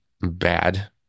bad